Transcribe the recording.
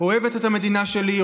אוהבת את המדינה שלי,